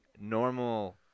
normal